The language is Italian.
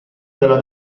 della